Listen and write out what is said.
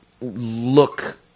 look